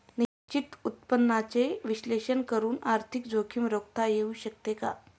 निश्चित उत्पन्नाचे विश्लेषण करून आर्थिक जोखीम रोखता येऊ शकते का?